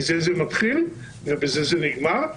מזה זה מתחיל ובזה זה נגמר.